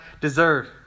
deserve